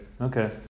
Okay